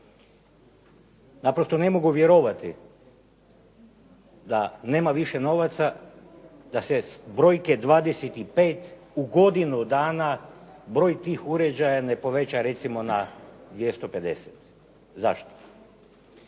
Naprosto ne mogu vjerovati da nema više novaca da se s brojke 25 u godinu dana broj tih uređaja ne poveća recimo na 250. Zašto?